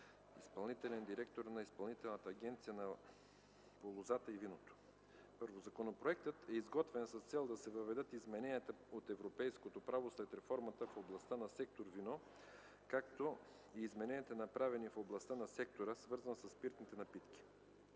изпълнителен директор на Изпълнителната агенция по лозата и виното. І. Законопроектът е изготвен с цел да се въведат измененията от европейското право след реформата в областта на сектор „Вино”, както и измененията, направени в областта на сектора, свързан със спиртните напитки.